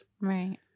Right